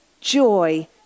joy